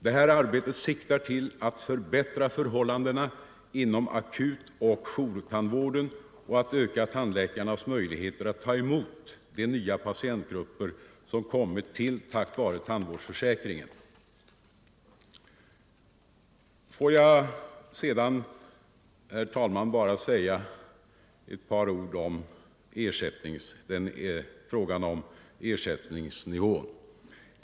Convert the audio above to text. Detta arbete siktar till att förbättra förhållandena inom akutoch jourtandvården och att öka tandläkarnas möjligheter att ta emot de nya patientgrupper som tillkommit tack vare tandvårdsförsäkringen. Får jag sedan, herr talman, säga ett par ord om ersättningsnivån.